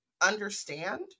understand